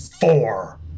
four